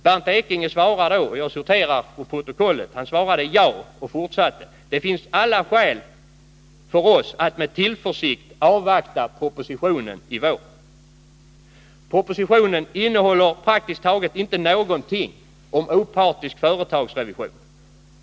Bernt Ekinge svarade ja och — jag citerar ur protokollet — fortsatte: ”-—--— det finns allt skäl för oss att med tillförsikt avvakta propositionen i vår.” Men propositionen innehåller praktiskt taget inte någonting om behovet av opartisk företagsrevision.